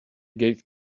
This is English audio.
gave